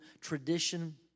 tradition